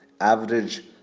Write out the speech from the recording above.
Average